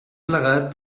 plegat